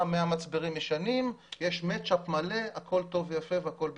100 מצברים ישנים והכול טוב ויפה והכול בסדר.